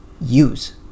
use